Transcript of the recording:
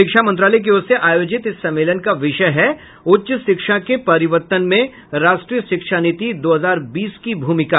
शिक्षा मंत्रालय की ओर से आयोजित इस सम्मेलन का विषय है उच्च शिक्षा के परिवर्तन में राष्ट्रीय शिक्षा नीति दो हजार बीस की भूमिका